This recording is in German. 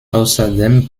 außerdem